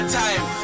time